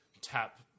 tap